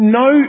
no